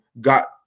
got